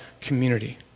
Community